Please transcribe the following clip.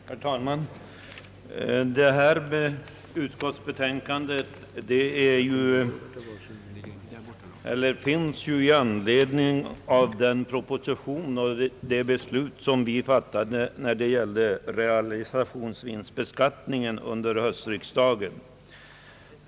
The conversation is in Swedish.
Herr talman! Bevillningsutskottets betänkande är ju avgivet i anledning av proposition nr 88 och det beslut om realisationsvinstbeskattningen som vi fattade under höstriksdagen.